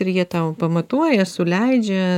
ir jie tau pamatuoja suleidžia